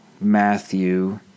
Matthew